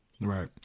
right